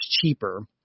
cheaper